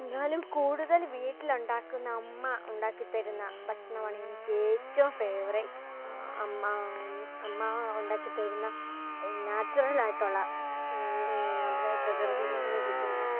എന്നാലും കൂട്തൽ വീട്ടിലുണ്ടാക്കുന്ന അമ്മ ഉണ്ടാക്കിത്തരുന്ന ഭഷ്ണമാണ് എനിക്ക് ഏറ്റവും ഫേവറേറ്റ് അമ്മ അമ്മ ഉണ്ടാക്കിത്തരുന്ന നാച്ച്വറൽ ആയിട്ടുള്ള ഈ നമ്മുടെ പ്രകൃതിയിൽ നിന്ന് കിട്ടുന്ന